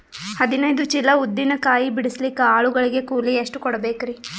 ಹದಿನೈದು ಚೀಲ ಉದ್ದಿನ ಕಾಯಿ ಬಿಡಸಲಿಕ ಆಳು ಗಳಿಗೆ ಕೂಲಿ ಎಷ್ಟು ಕೂಡಬೆಕರೀ?